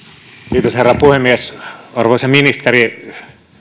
kiitos herra puhemies arvoisa ministeri